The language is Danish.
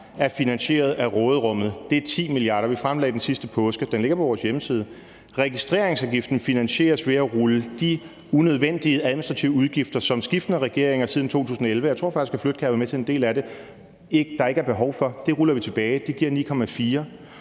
er finansieret af råderummet. Det er 10 mia. kr. Vi fremlagde den sidste påske – den ligger på vores hjemmeside. Registreringsafgiften finansieres ved at rulle de unødvendige administrative udgifter, som er kommet med skiftende regeringer siden 2011 – jeg tror faktisk, hr. Dennis Flydtkjær var med til en del af det – og som der ikke er behov for, tilbage. Dem ruller vi tilbage; det giver 9,4